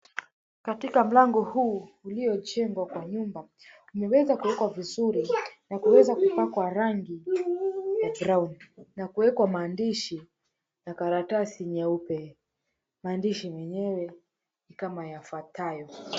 Katika mlango huu uliojengwa kwa nyumba umeweza kuwekwa vizuri na kuweza kupakwa rangi ya brown na kuweka maandishi ya karatasi nyeupe. Maandishi yenyewe ni kama yafuatayo.